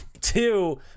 Two